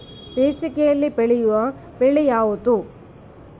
ಬೇಸಿಗೆಯಲ್ಲಿ ಬೆಳೆಯುವ ಬೆಳೆ ಯಾವುದು?